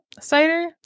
cider